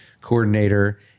coordinator